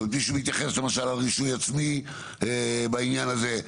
זאת אומרת, נתייחס למשל לרישוי העצמי בעניין הזה.